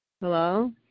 Hello